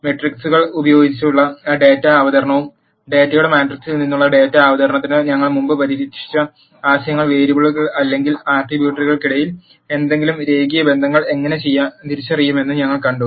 മെട്രിക്സുകൾ ഉപയോഗിച്ചുള്ള ഡാറ്റാ അവതരണവും ഡാറ്റയുടെ മാട്രിക്സിൽ നിന്നുമുള്ള ഡാറ്റ അവതരണമാണ് ഞങ്ങൾ മുമ്പ് പരിരക്ഷിച്ച ആശയങ്ങൾ വേരിയബിളുകൾ അല്ലെങ്കിൽ ആട്രിബ്യൂട്ടുകൾക്കിടയിൽ എന്തെങ്കിലും രേഖീയ ബന്ധങ്ങൾ എങ്ങനെ തിരിച്ചറിയാമെന്ന് ഞങ്ങൾ കണ്ടു